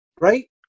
right